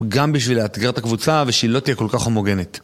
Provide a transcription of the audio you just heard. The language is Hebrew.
גם בשביל לאתגר את הקבוצה, ושהיא לא תהיה כל כך הומוגנת.